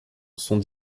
sont